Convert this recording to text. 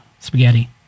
spaghetti